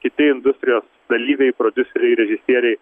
kiti industrijos dalyviai prodiuseriai režisieriai